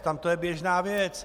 Tam to je běžná věc.